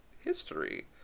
history